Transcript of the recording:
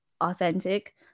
authentic